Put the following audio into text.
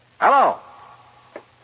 hello